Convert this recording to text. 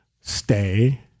stay